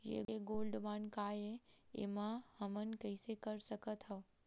ये gold bond काय ए एमा हमन कइसे कर सकत हव?